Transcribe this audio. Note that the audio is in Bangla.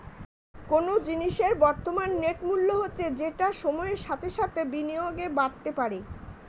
কোনো জিনিসের বর্তমান নেট মূল্য হচ্ছে যেটা সময়ের সাথে সাথে বিনিয়োগে বাড়তে পারে